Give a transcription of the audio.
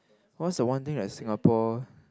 what's the one thing that Singapore